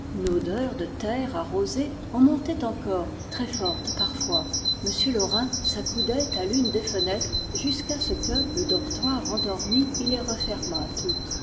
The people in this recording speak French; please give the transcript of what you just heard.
une odeur de terre arrosée en montait encore très forte parfois m latirin s'accoudait à l'une des fenêtres jusqu'à ce que le dortoir endormi il les refermât toutes